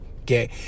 Okay